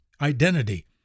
identity